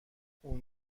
اون